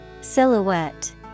Silhouette